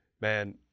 man